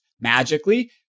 magically